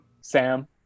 Sam